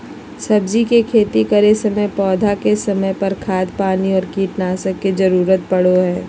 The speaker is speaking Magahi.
सब्जी के खेती करै समय पौधा के समय पर, खाद पानी और कीटनाशक के जरूरत परो हइ